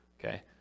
Okay